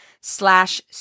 slash